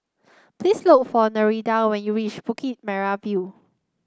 please look for Nereida when you reach Bukit Merah View